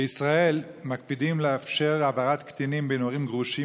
בישראל מקפידים לאפשר העברת קטינים בין הורים גרושים